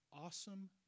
awesome